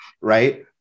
right